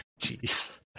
Jeez